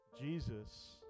Jesus